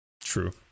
true